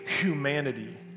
humanity